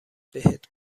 بهت